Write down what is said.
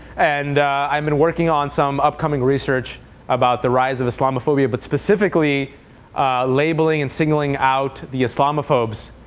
and i've been working on some upcoming research about the rise of islamophobia, but specifically labeling and singling out the islamophobes.